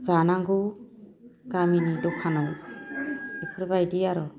जानांगौ गामिनि दखानाव इफोरबायदि आर'